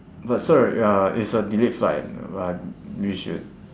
but sir uh it's a delayed flight uh but we should